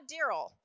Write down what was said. Daryl